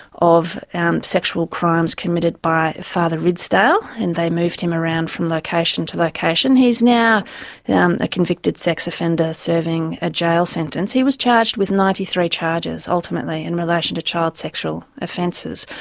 of and sexual crimes committed by fr ridsdale, and they moved him around from location to location. he's now a convicted sex offender serving a jail sentence. he was charged with ninety three charges, ultimately, in relation to child sexual offences.